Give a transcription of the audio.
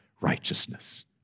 righteousness